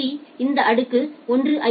B இந்த அடுக்கு 1 ஐ